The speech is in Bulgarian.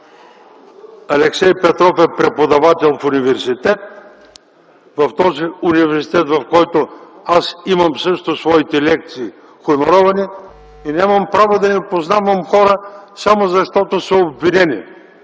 Алексей Петров е преподавател в университет. В този университет, в който аз имам също своите лекции – хоноровани, и нямам право да не познавам хора, само защото са обвинени.